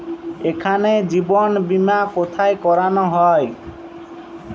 এখানে জীবন বীমা কোথায় করানো হয়?